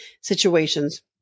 situations